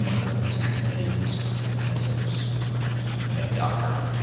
whether that's kubernetes or mesos, or you know, docker,